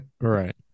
Right